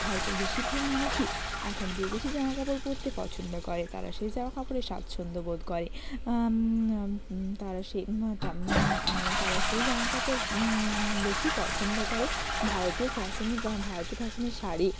ভারতের বেশিরভাগ মানুষই এখন বিদেশি জামাকাপড় পরতে পছন্দ করে তারা সে জামাকাপড়ে স্বাছন্দ্য বোধ করে তারা সেই তারা সেই জামাকাপড় বেশি পছন্দ করে ভারতীয় ফ্যাশানের বা ভারতের ফ্যাশানের শাড়ি